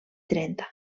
trenta